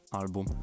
album